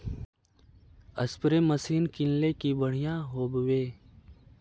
Spray machine किनले की बढ़िया होबवे?